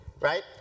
right